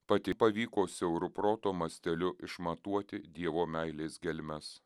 pati pavyko siauru proto masteliu išmatuoti dievo meilės gelmes